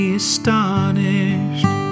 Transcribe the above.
astonished